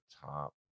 top